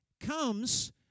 comes